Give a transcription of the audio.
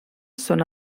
són